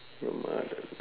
your mother